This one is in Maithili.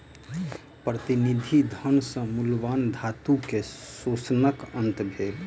प्रतिनिधि धन सॅ मूल्यवान धातु के शोषणक अंत भेल